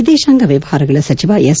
ವಿದೇಶಾಂಗ ವ್ಯವಹಾರಗಳ ಸಚಿವ ಎಸ್